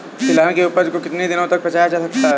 तिलहन की उपज को कितनी दिनों तक बचाया जा सकता है?